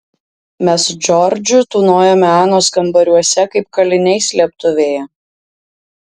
mes su džordžu tūnojome anos kambariuose kaip kaliniai slėptuvėje